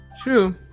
true